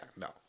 no